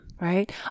Right